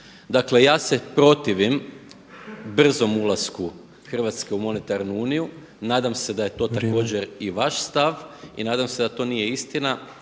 Dakle, ja se protivim brzom ulasku Hrvatske u Monetarnu uniju, nadam se da je … /Upadica Petrov: Vrijeme./ … to također i vaš stav i nadam se da to nije istina